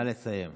נא לסיים.